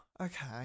Okay